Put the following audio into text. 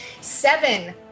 seven